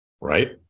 right